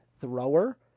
thrower